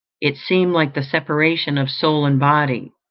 it seemed like the separation of soul and body.